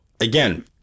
again